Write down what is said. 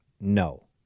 no